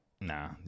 Nah